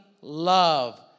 love